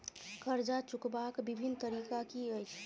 कर्जा चुकबाक बिभिन्न तरीका की अछि?